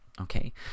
okay